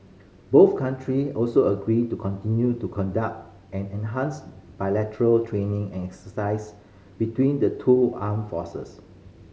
both country also agreed to continue to conduct and enhance bilateral training and exercise between the two armed forces